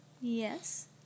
yes